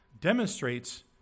demonstrates